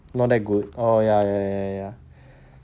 not that good oh ya ya ya